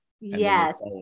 Yes